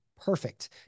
perfect